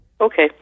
Okay